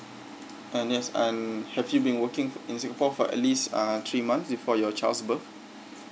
and yes and have you been working in singapore for at least uh three months before your child's birth